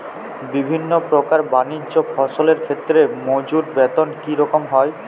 বিভিন্ন প্রকার বানিজ্য ফসলের ক্ষেত্রে মজুর বেতন কী রকম হয়?